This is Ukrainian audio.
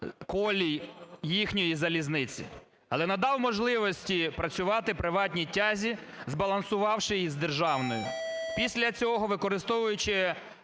колій їхньої залізниці. Але надав можливості працювати приватній тязі, збалансувавши її з державною. Після цього, використовуючи